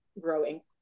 growing